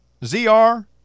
ZR